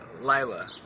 Lila